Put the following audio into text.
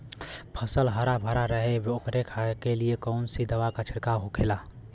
फसल हरा भरा रहे वोकरे लिए कौन सी दवा का छिड़काव होखेला?